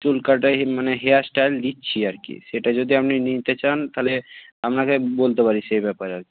চুল কাটাই মানে হেয়ার স্টাইল দিচ্ছি আর কি সেটা যদি আপনি নিতে চান তাহলে আপনাকে বলতে পারি সে ব্যাপারে আর কি